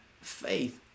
faith